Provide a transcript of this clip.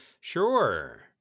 Sure